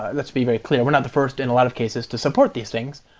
let's be very clear. we're not the first in a lot of cases to support these things.